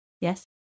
Yes